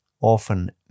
often